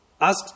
ask